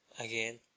again